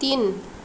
तिन